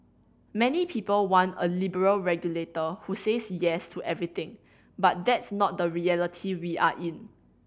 many people want a liberal regulator who says Yes to everything but that's not the reality we are in